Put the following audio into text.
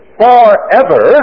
forever